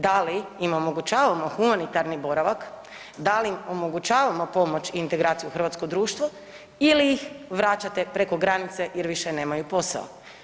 Da li im omogućavamo humanitarni boravak, da li im omogućavamo pomoć i integraciju u hrvatsko društvo ili ih vraćate preko granice jer više nemaju posao?